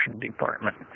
Department